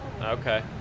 Okay